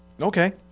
Okay